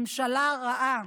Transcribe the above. ממשלה רעה.